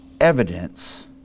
evidence